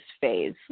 phase